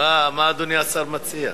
מה אדוני השר מציע?